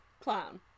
clown